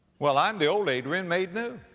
well, i'm the old adrian made new.